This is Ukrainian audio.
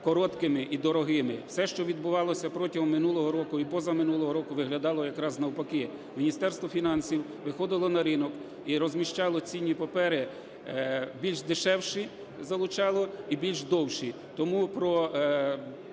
короткими і дорогими. Все, що відбувалося протягом минулого року і позаминулого року виглядало якраз навпаки. Міністерство фінансів виходило на ринок і розміщало цінні папери більш дешевші, залучало, і більші довші.